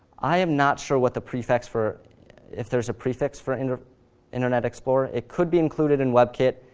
i am not sure what the prefix for if there's a prefix for and internet explorer. it could be included in webkit,